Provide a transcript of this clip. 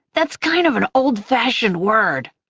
that's kind of an old-fashioned word.